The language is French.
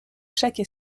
chaque